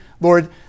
Lord